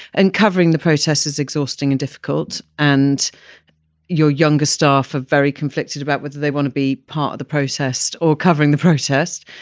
and covering the protests is exhausting and difficult. and your younger staff are very conflicted about what they want to be part of the protest or covering the protest.